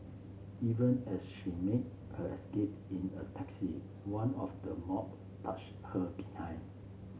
even as she made her escape in a taxi one of the mob touched her behind